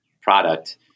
product